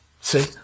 See